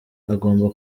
agomba